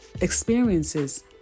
experiences